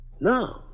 No